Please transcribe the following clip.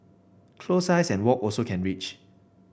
close eyes and walk also can reach